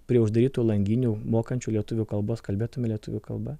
prie uždarytų langinių mokančių lietuvių kalbos kalbėtume lietuvių kalba